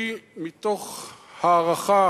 אני, מתוך הערכה